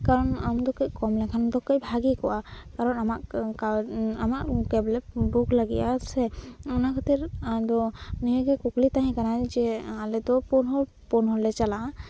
ᱠᱟᱨᱚᱱ ᱟᱢᱫᱚ ᱠᱟᱹᱡ ᱠᱚᱢ ᱞᱮᱠᱷᱟᱱ ᱫᱚ ᱠᱟᱹᱡ ᱵᱷᱟᱹᱜᱤ ᱠᱚᱜᱼᱟ ᱠᱟᱨᱚᱱ ᱟᱢᱟᱜ ᱠᱮᱵᱽ ᱞᱮ ᱵᱩᱠ ᱞᱟᱹᱜᱤᱫᱼᱟ ᱥᱮ ᱚᱱᱟ ᱠᱷᱟᱹᱛᱤᱨ ᱱᱤᱭᱟᱹᱜᱮ ᱠᱩᱠᱞᱤ ᱛᱟᱦᱮᱸ ᱠᱟᱱᱟ ᱡᱮ ᱟᱞᱮᱫᱚ ᱯᱩᱱ ᱦᱚᱲ ᱯᱩᱱ ᱦᱚᱲ ᱞᱮ ᱪᱟᱞᱟᱜᱼᱟ